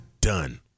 Done